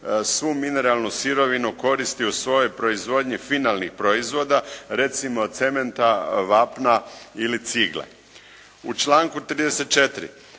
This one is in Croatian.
svu mineralnu sirovinu koristi u svojoj proizvodnji finalnih proizvoda recimo cementa, vapna ili cigle. U članku 34.